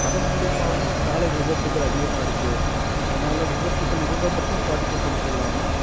அதன் மூலியமாகவும் சாலை விபத்துகள் அதிகமாயிருக்கு அதனால விபத்துகள் இவங்க மட்டும் பாதிக்கப்படுகிறது இல்லாமல்